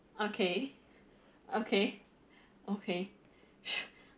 okay okay okay